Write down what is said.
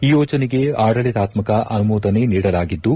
ಈ ಯೋಜನೆಗೆ ಆಡಳಿತಾತ್ಮಕ ಅನುಮೋದನೆ ನೀಡಲಾಗಿದ್ದು